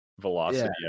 velocity